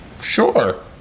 Sure